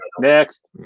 next